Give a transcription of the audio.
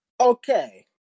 Okay